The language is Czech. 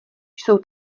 jsou